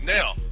Now